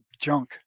junk